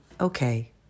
okay